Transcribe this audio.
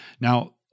Now